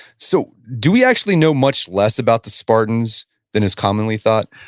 so do we actually know much less about the spartans than is commonly thought?